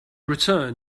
return